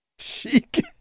Sheik